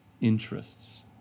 interests